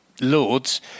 Lords